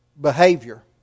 behavior